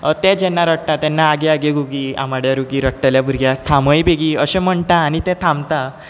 अ तें जेन्ना रडटा तेन्ना आगे आगे गुगी आमाड्या रुगी रडटल्या भुरग्याक थांबय बेगी अशें म्हणटा आनी तें थांबता